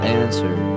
answer